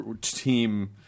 team